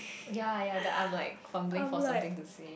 ya ya that I'm like fumbling for something to say